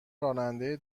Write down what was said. راننده